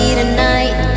tonight